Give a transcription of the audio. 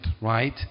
right